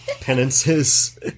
penances